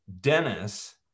Dennis